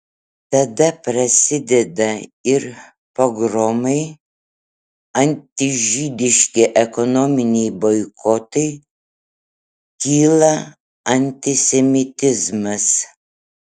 tada prasideda ir pogromai antižydiški ekonominiai boikotai kyla antisemitizmas